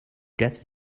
get